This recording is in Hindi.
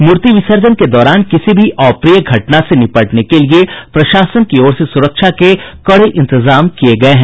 मूर्ति विसर्जन के दौरान किसी भी अप्रिय घटना से निपटने के लिए प्रशासन की ओर से सुरक्षा के कड़े इंतजाम किये गये हैं